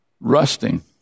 rusting